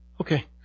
Okay